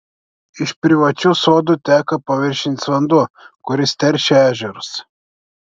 iš privačių sodų teka paviršinis vanduo kuris teršia ežerus